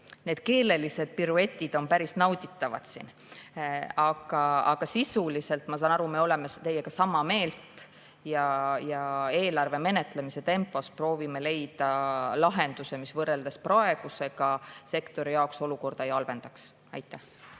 Need keelelised piruetid on päris nauditavad, aga sisuliselt, ma saan aru, me oleme teiega sama meelt. Eelarve menetlemise tempos proovime leida lahenduse, mis võrreldes praegusega sektori jaoks olukorda ei halvendaks. Jaa,